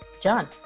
John